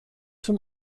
zum